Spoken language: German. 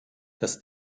das